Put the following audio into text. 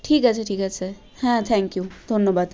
ঠিক আছে ঠিক আছে হ্যাঁ থ্যাংকইউ ধন্যবাদ